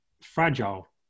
fragile